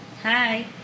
Hi